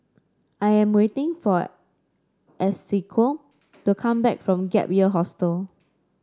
I am waiting for Esequiel to come back from Gap Year Hostel